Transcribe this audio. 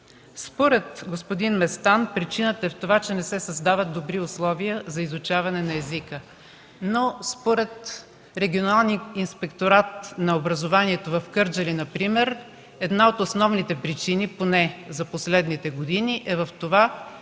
Според господин Местан причината е в това, че не се създават добри условия за изучаване на езика, но според Регионалния инспекторат по образованието в Кърджали, например, една от основните причини, поне за последните години, е в това, че родителите желаят децата им да изучават